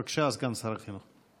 בבקשה, סגן שר החינוך.